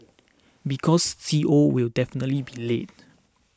because C O will definitely be late